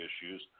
issues